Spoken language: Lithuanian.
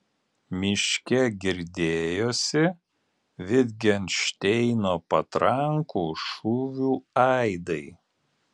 miške girdėjosi vitgenšteino patrankų šūvių aidai